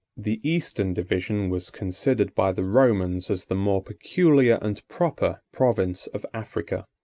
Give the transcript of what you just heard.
the eastern division was considered by the romans as the more peculiar and proper province of africa.